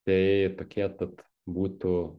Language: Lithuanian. tai tokie tad būtų